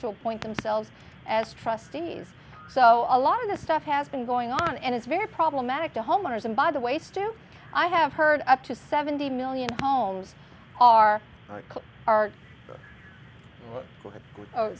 to appoint themselves as trustees so a lot of this stuff has been going on and it's very problematic to homeowners and by the way still i have heard up to seventy million homes are or are